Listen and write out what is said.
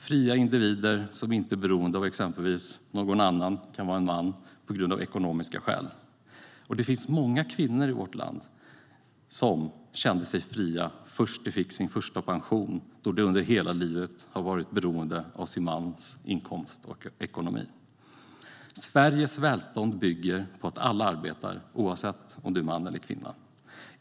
Fria individer är inte beroende av någon annan, exempelvis en man, av ekonomiska skäl. Det finns många kvinnor i vårt land som känt sig fria först när de fått sin första pension, eftersom de under hela livet varit beroende av sin mans inkomst och ekonomi. Sveriges välstånd bygger på att alla arbetar, oavsett om man är man eller kvinna.